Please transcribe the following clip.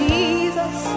Jesus